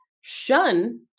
shun